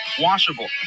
washable